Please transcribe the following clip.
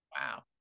Wow